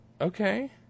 okay